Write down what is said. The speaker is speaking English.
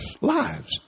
lives